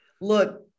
Look